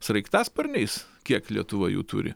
sraigtasparniais kiek lietuva jų turi